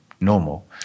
normal